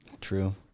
True